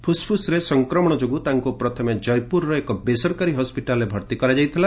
ଫୁସ୍ଫୁସ୍ରେ ସଂକ୍ରମଣ ଯୋଗୁଁ ତାଙ୍କୁ ପ୍ରଥମେ ଜୟପୁରର ଏକ ବେସରକାରୀ ହସ୍କିଟାଲ୍ରେ ଭର୍ତ୍ତି କରାଯାଇଥିଲା